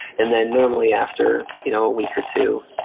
and then normally after you know a week or two,